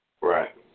Right